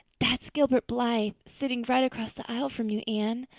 that's gilbert blythe sitting right across the aisle from you, anne.